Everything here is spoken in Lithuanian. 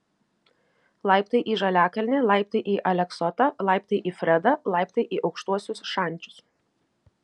laiptai į žaliakalnį laiptai į aleksotą laiptai į fredą laiptai į aukštuosius šančius